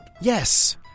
Yes